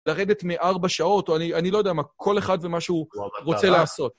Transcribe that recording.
לרדת מארבע שעות, או אני... אני לא יודע מה, כל אחד ומה שהוא רוצה לעשות.